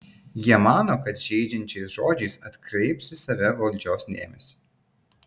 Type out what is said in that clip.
jie mano kad žeidžiančiais žodžiais atkreips į save valdžios dėmesį